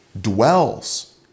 dwells